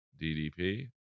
DDP